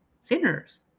sinners